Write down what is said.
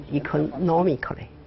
economically